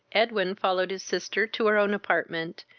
edwin followed his sister to her own apartment,